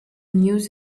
news